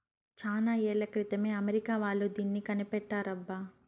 చానా ఏళ్ల క్రితమే అమెరికా వాళ్ళు దీన్ని కనిపెట్టారబ్బా